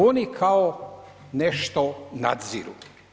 Oni kao nešto nadziru.